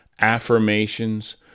affirmations